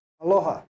Aloha